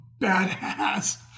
badass